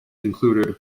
included